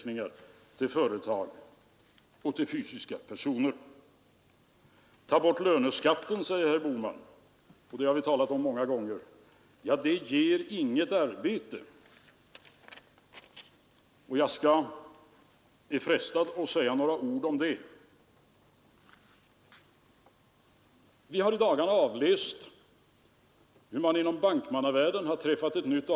Vi vill inte oroa personalen på de aktuella anläggningarna, tillägger han — och det är ju en utpräglad grad av hänsynsfullhet som han här lägger i dagen. Jag tar det bara som ett exempel, och jag accepterar det.